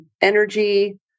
energy